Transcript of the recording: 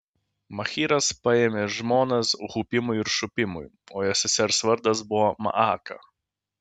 machyras paėmė žmonas hupimui ir šupimui o jo sesers vardas buvo maaka